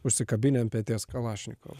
užsikabinę ant peties kalašnikovą